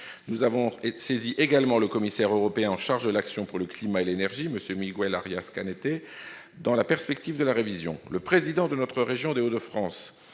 Nous avons également saisi le commissaire européen chargé de l'action pour le climat et l'énergie, M. Miguel Arias Canete, dans la perspective de la révision. Le président de la région Hauts-de-France,